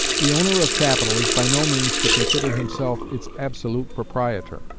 the owner of capital is by no means to consider himself its absolute proprietor.